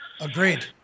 Agreed